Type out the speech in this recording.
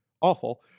awful